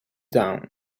down